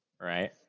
right